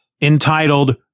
entitled